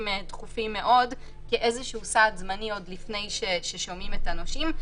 דחופים מאוד כמין סעד זמני עוד לפני ששומעים את הנושים.